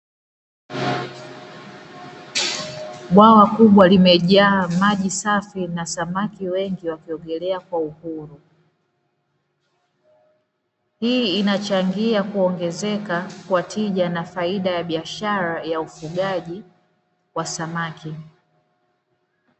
Bwawa kubwa limejaa maji safi na samaki wengi wakiogelea kwa uhuru, hii inachangia kuongezeka kwa tija na faida ya biashara ya ufugaji wa samaki.